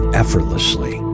effortlessly